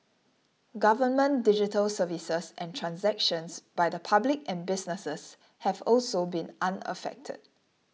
government digital services and transactions by the public and businesses have also been unaffected